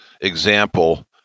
example